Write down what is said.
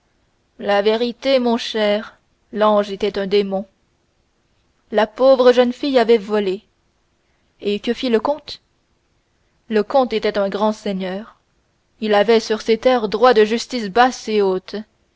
la vérité mon cher l'ange était un démon la pauvre fille avait volé et que fit le comte le comte était un grand seigneur il avait sur ses terres droit de justice basse et haute